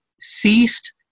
ceased